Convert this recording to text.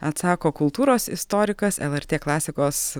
atsako kultūros istorikas lrt klasikos